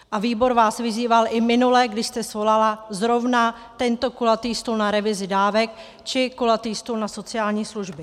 A výbor vás vyzýval i minule, kdy jste svolala zrovna tento kulatý stůl na revizi dávek či kulatý stůl na sociální služby.